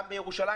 גם בירושלים,